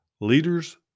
leaders